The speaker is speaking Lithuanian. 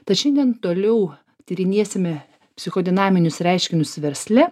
tad šiandien toliau tyrinėsime psichodinaminius reiškinius versle